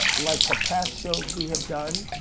like the past shows we have done,